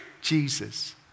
Jesus